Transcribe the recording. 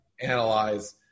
analyze